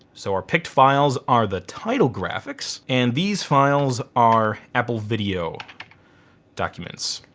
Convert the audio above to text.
so our pict files are the title graphics and these files are apple video documents.